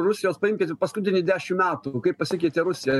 rusijos paimkit paskutiniai dešim metų kaip pasikeitė rusija